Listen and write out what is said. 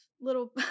little